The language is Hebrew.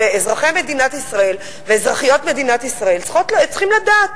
ואזרחי מדינת ישראל ואזרחיות מדינת ישראל צריכים לדעת.